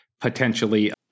potentially